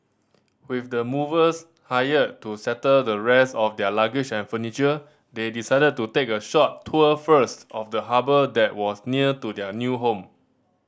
with the movers hired to settle the rest of their luggage and furniture they decided to take a short tour first of the harbour that was near to their new home